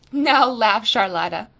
now laugh, charlotta.